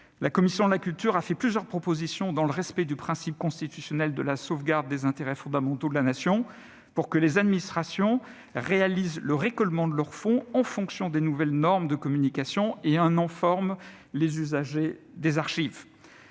La commission de la culture a formulé plusieurs propositions, dans le respect du principe constitutionnel de sauvegarde des intérêts fondamentaux de la Nation, pour que les administrations réalisent le récolement de leurs fonds en fonction des nouvelles normes de communication et en informent les usagers des archives.